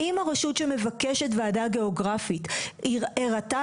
האם הרשות שמבקשת ועדה גיאוגרפית הראתה